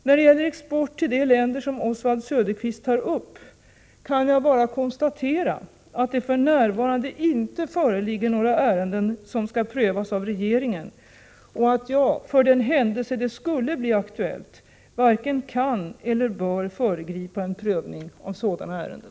När det gäller export till de länder som Oswald Söderqvist tar upp kan jag bara konstatera att det för närvarande inte föreligger några ärenden som skall prövas av regeringen och att jag, för den händelse det skulle bli aktuellt, varken kan eller bör föregripa en prövning av sådana ärenden.